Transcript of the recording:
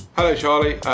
hallo charlie.